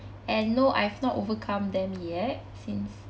and no I've not overcome them yet since